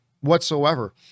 whatsoever